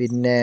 പിന്നെ